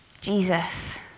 Jesus